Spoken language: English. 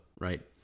right